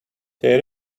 they